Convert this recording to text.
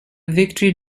victory